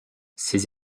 ces